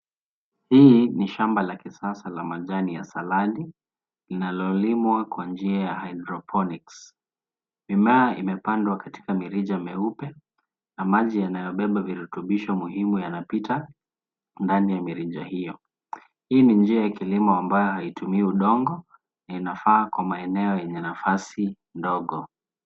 Hili ni shamba la kisasa la majani ya saladi, linalolimwa kwa njia ya hydroponics . Mimea imepandwa katika mirija meupe na maji yanayobeba virutubisho muhimu, yanapita ndani ya mirija hiyo. Hii ni njia ya kilimo ambayo haitumii udongo na inafaa kwa maeneo yenye nafasi ndogo.